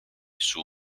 sui